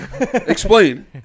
Explain